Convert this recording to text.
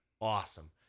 awesome